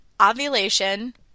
Ovulation